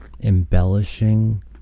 embellishing